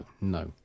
no